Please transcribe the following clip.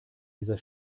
dieser